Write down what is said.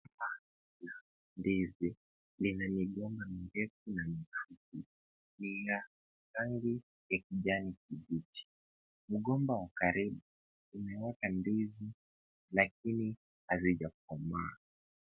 Ndizi lenye migomba mirefu na mifupi. Ni la rangi ya kijani kibichi. Mgomba wa karibu umeweka ndizi lakini hazijakomaa.